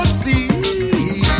see